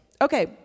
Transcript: Okay